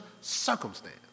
circumstance